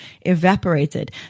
evaporated